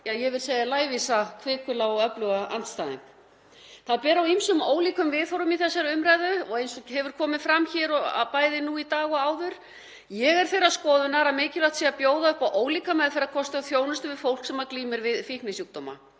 ja, ég vil segja lævísa, hvikula og öfluga andstæðing. Það ber á ýmsum ólíkum viðhorfum í þessari umræðu eins og hefur komið fram hér bæði í dag og áður. Ég er þeirrar skoðunar að mikilvægt sé að bjóða upp á ólíka meðferðarkosti og þjónustu við fólk sem glímir við fíknisjúkdóma.